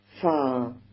far